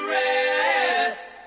rest